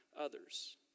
others